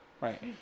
Right